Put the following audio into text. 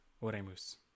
Oremus